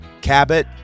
Cabot